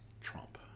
trump